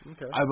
Okay